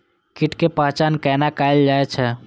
कीटक पहचान कैना कायल जैछ?